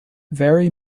very